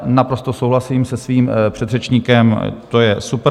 Naprosto souhlasím se svým předřečníkem, to je super.